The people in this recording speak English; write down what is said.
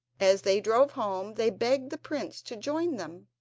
as they drove home they begged the prince to join them,